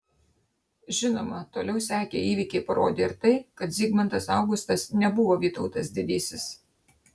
žinoma toliau sekę įvykiai parodė ir tai kad zigmantas augustas nebuvo vytautas didysis